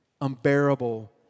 unbearable